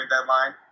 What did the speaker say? deadline